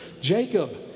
Jacob